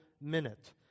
minute